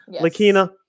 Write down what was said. Lakina